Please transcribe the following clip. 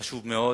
חשוב מאוד.